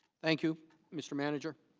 thank you mr. manager.